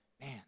man